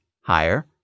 higher